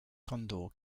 condor